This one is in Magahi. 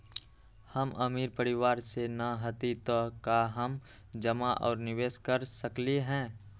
हम अमीर परिवार से न हती त का हम जमा और निवेस कर सकली ह?